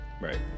right